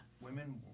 Women